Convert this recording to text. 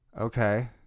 Okay